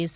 S